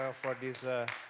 ah for this